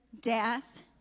death